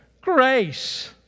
grace